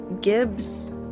Gibbs